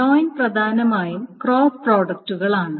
join പ്രധാനമായും cross പ്രോഡക്ടുകൾ ആണ്